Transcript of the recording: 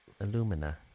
alumina